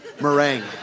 meringue